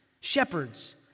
shepherds